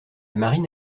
marine